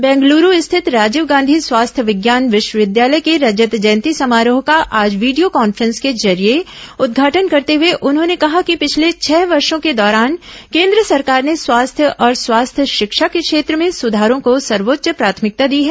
बेंगलूरू स्थित राजीव गांधी स्वास्थ्य विज्ञान विश्वविद्यालय के रजत जयंती समारोह का आज वीडियो कान्फ्रें स के जरिये उदघाटन करते हुए उन्होंने कहा कि पिछले छह वर्षों के दौरान केन्द्र सरकार ने स्वास्थ्य और स्वास्थ्य शिक्षा के क्षेत्र में सुधारों को सर्वोच्च प्राथमिकता दी है